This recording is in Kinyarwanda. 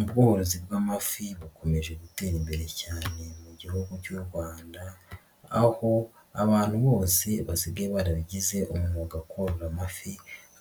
Ubworozi bw'amafi bukomeje gutera imbere cyane mu gihugu cy'u Rwanda aho abantu bose basigaye barabigize umwuga korora amafi